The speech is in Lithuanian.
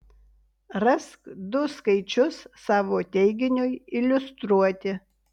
rask du skaičius savo teiginiui iliustruoti